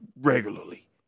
regularly